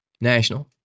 national